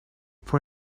for